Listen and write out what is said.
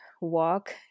walk